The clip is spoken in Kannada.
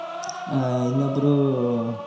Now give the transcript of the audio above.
ಇನ್ನೊಬ್ರು